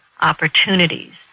opportunities